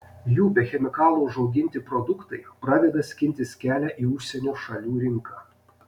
jų be chemikalų užauginti produktai pradeda skintis kelią į užsienio šalių rinką